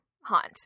hunt